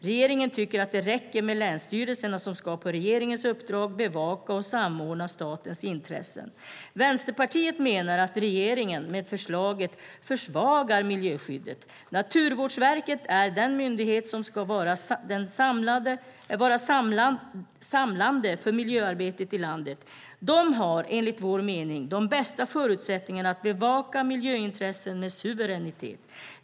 Regeringen tycker att det räcker med länsstyrelserna som på regeringens uppdrag ska bevaka och samordna statens intressen. Vänsterpartiet menar att regeringen med förslaget försvagar miljöskyddet. Naturvårdsverket är den myndighet som ska vara samlande för miljöarbetet i landet. Det har, enligt vår mening, de bästa förutsättningarna att bevaka miljöintressen med suveränitet.